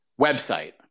website